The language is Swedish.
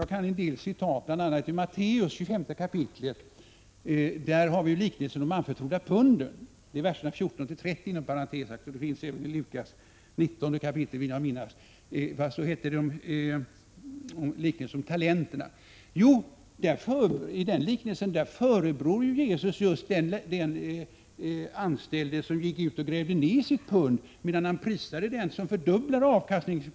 Jag kan själv en del bibelcitat. I Matteus 25 kap., verserna 14-30, finns en liknelse om de anförtrodda talenterna. I Lukas 19 kap. talar samma liknelse om de tio punden. I dessa liknelser förebrår Jesus just den anställde som går ut och gräver ned sitt pund, medan han prisar den som fördubblar avkastningen.